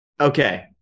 Okay